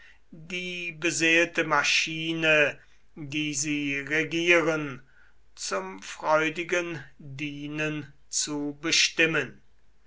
die beseelte maschine die sie regieren zum freudigen dienen zu bestimmen